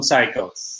Cycles